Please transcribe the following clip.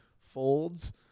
folds